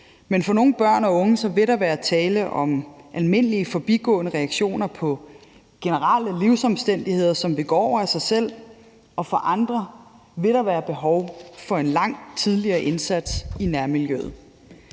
Men for nogle børn og unge vil der være tale om almindelige forbigående reaktioner på generelle livsomstændigheder, som vil gå over af sig selv, og for andre vil der være behov for en langt tidligere indsats i nærmiljøet.